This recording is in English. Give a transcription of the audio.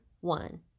one